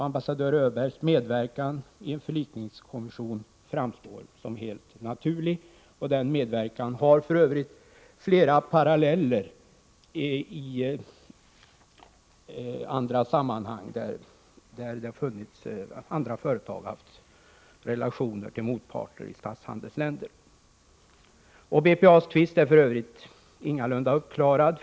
Ambassadör Öbergs medverkan i en förlikningskommission framstår som helt naturlig. Denna medverkan har för övrigt flera paralleller i andra sammanhang då företag har haft relationer till motparter i statshandelsländer. BPA:s tvist är för övrigt ingalunda uppklarad.